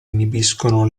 inibiscono